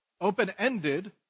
open-ended